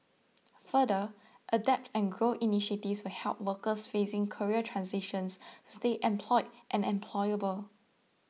further adapt and grow initiatives will help workers facing career transitions to stay employed and employable